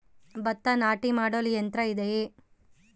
ಭತ್ತ ನಾಟಿ ಮಾಡಲು ಯಂತ್ರ ಇದೆಯೇ?